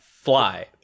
fly